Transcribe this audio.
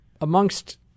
amongst